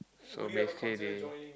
so basically they